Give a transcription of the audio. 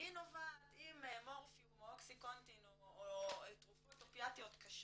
נובעת- -- אם מורפיום או אוקסיקונטין או תרופות אופיאטיות קשות